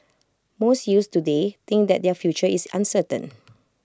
most youths today think that their future is uncertain